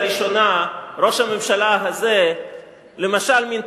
באותה קדנציה ראשונה ראש הממשלה הזה למשל מינה